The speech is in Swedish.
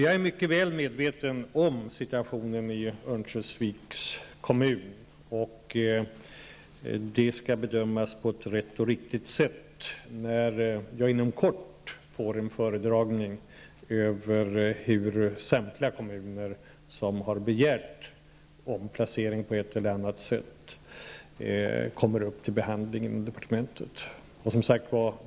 Jag är mycket väl medveten om situationen i Örnsköldsviks kommun, och den kommer att bedömas på rätt sätt när jag inom kort får en föredragning av samtliga de ansökningar från kommuner om omplacering vilka på ett eller annat sätt kommer upp till behandling inom departementet.